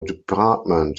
department